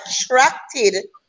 attracted